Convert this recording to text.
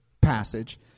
passage